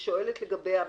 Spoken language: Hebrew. היא שואלת לגבי המחירים.